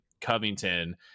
Covington